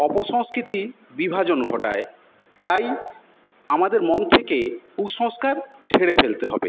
অপসংস্কৃতি বিভাজন ঘটায় তাই আমাদের মন থেকে কুসংস্কার ঝেড়ে ফেলতে হবে